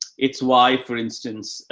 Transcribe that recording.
it's why, for instance,